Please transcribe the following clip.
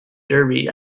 derby